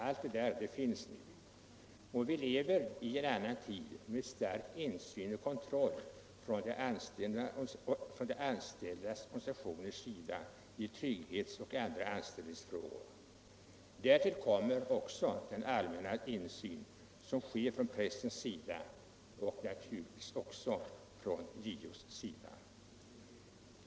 Allt det där finns nu, och vi lever i en annan tid med stark insyn och kontroll från de anställdas organisationers sida i trygghetsoch andra anställningsfrågor. Därtill kommer också den allmänna insyn som sker från pressens sida och naturligtvis också från JO.